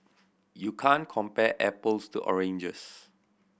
you can't compare apples to oranges